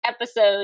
episode